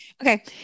Okay